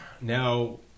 Now